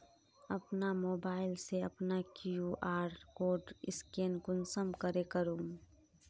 अपना मोबाईल से अपना कियु.आर कोड स्कैन कुंसम करे करूम?